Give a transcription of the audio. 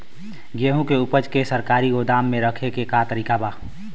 गेहूँ के ऊपज के सरकारी गोदाम मे रखे के का तरीका बा?